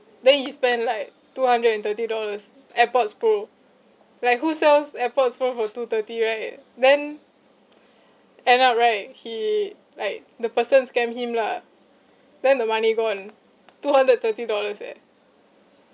then he spend like two hundred and thirty dollars airpods pro like who sells airpods pro for two thirty right then end up right he like the person scam him lah then the money gone two hundred thirty dollars eh